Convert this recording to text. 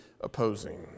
opposing